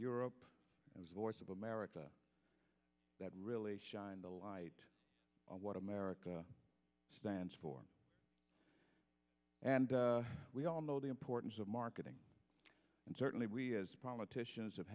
europe it was voice of america that really shined the light of what america stands for and we all know the importance of marketing and certainly we as politicians have